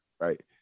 right